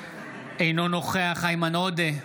אינו נוכח איימן עודה,